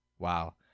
Wow